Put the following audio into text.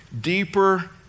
deeper